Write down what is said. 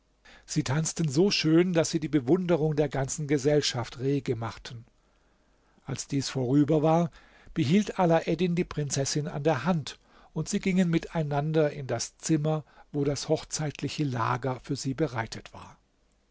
sie tanzten so schön daß sie die bewunderung der ganzen gesellschaft rege machten als dies vorüber war behielt alaeddin die prinzessin an der hand und sie gingen miteinander in das zimmer wo das hochzeitliche lager für sie bereitet war